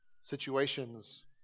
situations